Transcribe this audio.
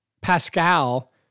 Pascal